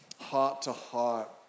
heart-to-heart